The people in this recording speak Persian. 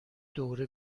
دوره